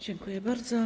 Dziękuję bardzo.